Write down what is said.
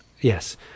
Yes